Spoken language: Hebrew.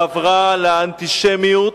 חברה לאנטישמיות,